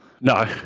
No